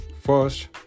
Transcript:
First